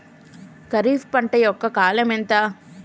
ఖరీఫ్ పంట యొక్క కాలం ఎంత?